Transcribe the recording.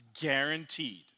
Guaranteed